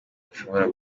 ashobora